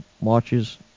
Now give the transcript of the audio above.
watches